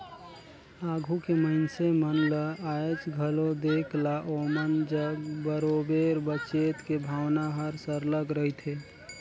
आघु के मइनसे मन ल आएज घलो देख ला ओमन जग बरोबेर बचेत के भावना हर सरलग रहथे